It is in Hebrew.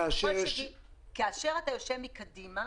כאשר אתה יושב מקדימה,